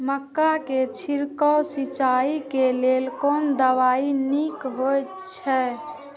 मक्का के छिड़काव सिंचाई के लेल कोन दवाई नीक होय इय?